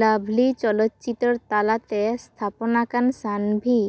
ᱞᱟᱵᱷᱞᱤ ᱪᱚᱞᱚᱛ ᱪᱤᱛᱟᱹᱨ ᱛᱟᱞᱟᱛᱮ ᱥᱛᱷᱟᱯᱚᱱ ᱟᱠᱟᱱ ᱥᱟᱱᱵᱷᱤ